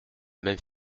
même